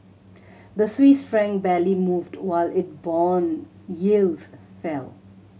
the Swiss franc barely moved while it bond yields fell